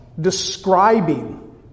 describing